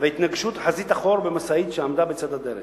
והתנגשות חזית אחור במשאית שעמדה בצד הדרך.